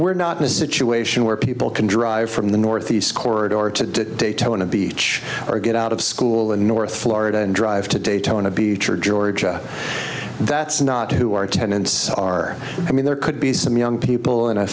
we're not in a situation where people can drive from the northeast corridor to daytona beach or get out of school in north florida and drive to daytona beach or ga that's not who our tenants are i mean there could be some young people and i